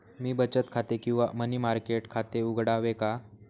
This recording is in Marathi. मी बचत खाते किंवा मनी मार्केट खाते उघडावे का?